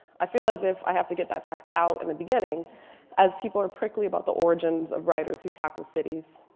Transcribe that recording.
i feel as if i have to get that fact out in the beginning as people are prickly about the origins of writers who talk of the cities.